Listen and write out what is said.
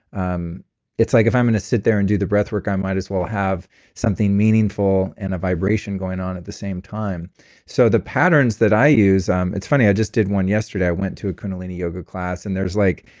um it's like if i'm going to sit there and do the breath work, i might as well have something meaningful and a vibration going on at the same time so the patterns that i use. it's funny, i just did one yesterday. i went to a kundalini yoga class, and there was like,